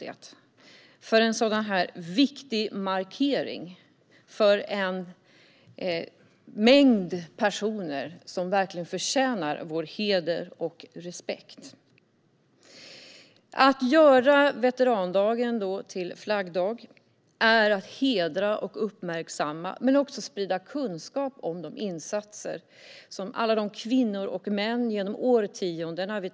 Det är en viktig markering för en mängd personer som verkligen förtjänar vår heder och respekt. Att göra veterandagen till flaggdag är att hedra och uppmärksamma men också sprida kunskap om de insatser som alla dessa kvinnor och män genom årtiondena har gjort.